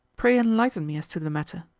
pray enlighten me as to the matter.